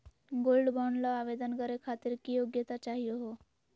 Gold bond ल आवेदन करे खातीर की योग्यता चाहियो हो?